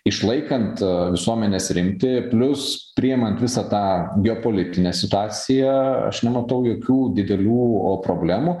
išlaikant visuomenės rimtį plius priimant visą tą geopolitinę situaciją aš nematau jokių didelių problemų